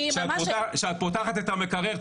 כשאת פותחת את המקרר,